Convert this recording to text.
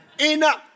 Enough